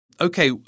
Okay